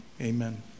amen